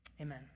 amen